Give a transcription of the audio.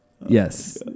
Yes